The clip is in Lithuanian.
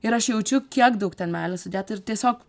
ir aš jaučiu kiek daug ten meilės sudėta ir tiesiog